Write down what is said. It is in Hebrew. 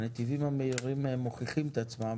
הנתיבים המהירים מוכיחים את עצמם,